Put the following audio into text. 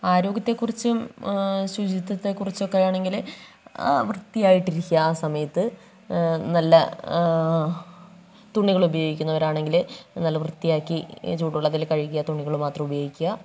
ആരോഗ്യത്തെക്കുറിച്ചും ശുചിത്വത്തെക്കുറിച്ചുമൊക്കെ ആണെങ്കിൽ വൃത്തിയായിട്ട് ഇരിക്കുക ആ സമയത്ത് നല്ല തുണികൾ ഉപയോഗിക്കുന്നവരാണെങ്കിൽ നല്ല വൃത്തിയാക്കി ചൂടുവെള്ളത്തിൽ കഴുകിയ തുണികൾ മാത്രം ഉപയോഗിക്കുക